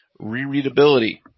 Rereadability